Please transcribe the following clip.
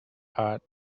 part